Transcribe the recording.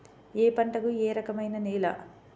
ఏ పంటకు ఏ రకమైన నేల?